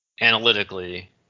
analytically